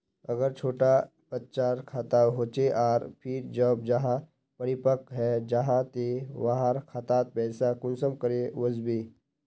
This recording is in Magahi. अगर छोटो बच्चार खाता होचे आर फिर जब वहाँ परिपक है जहा ते वहार खातात पैसा कुंसम करे वस्बे?